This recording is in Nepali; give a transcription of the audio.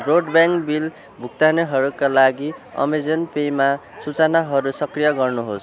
ब्रोडब्यान्ड बिल भुक्तानीहरूका लागि अमेजन पे मा सूचनाहरू सक्रिय गर्नुहोस्